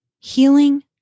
Healing